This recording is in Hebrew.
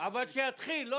שיתחיל.